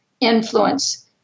influence